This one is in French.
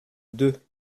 deux